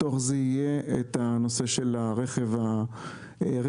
בתוך זה יהיה את נושא הרכב הכבד.